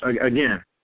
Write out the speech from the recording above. again